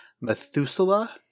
methuselah